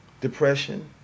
depression